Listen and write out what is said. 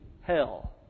hell